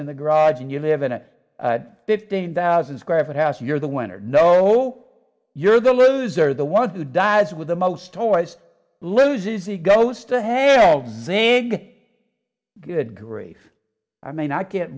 in the garage and you live in a fifteen thousand square foot house you're the winner no you're the loser the one who dies with the most toys loses he goes to hand all veg good grief i mean i can't